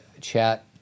chat